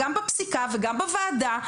גם בפסיקה וגם בוועדה,